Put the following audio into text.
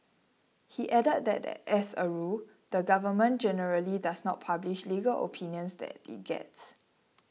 he added that as a rule the Government generally does not publish legal opinions that it gets